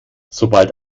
sobald